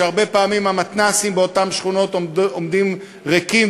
כשהרבה פעמים המתנ"סים באותן שכונות עומדים ריקים,